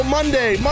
Monday